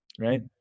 right